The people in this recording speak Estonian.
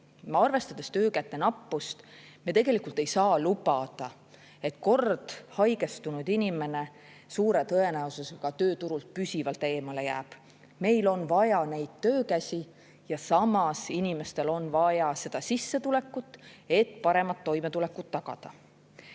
Arvestades töökäte nappust, me tegelikult ei saa lubada, et kord haigestunud inimene suure tõenäosusega tööturult püsivalt eemale jääb. Meil on vaja neid töökäsi ja samas inimestel on vaja sissetulekut, et tagada parem toimetulek.